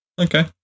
Okay